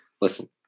Listen